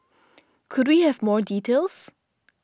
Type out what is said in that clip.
could we have more details